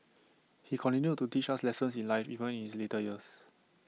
he continued to teach us lessons in life even in his later years